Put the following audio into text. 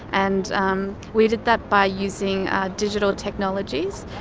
and um we did that by using digital technologies.